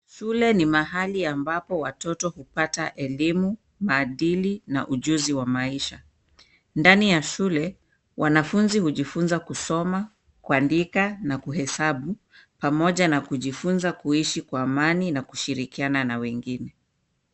Shule ni mahali ambapo watoto hupata elimu, maadili na ujuzi wa maisha. Ndani ya shule wanafunzi hujifunza kusoma, kuandika na kuhesabu pamoja na kuishi kwa amani na kushirikiana na wengine.